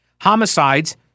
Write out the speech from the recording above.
Homicides